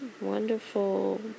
wonderful